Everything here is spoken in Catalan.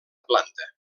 planta